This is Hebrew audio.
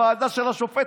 ועדה של השופטת,